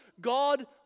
God